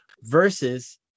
versus